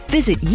Visit